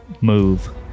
move